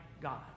God